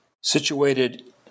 situated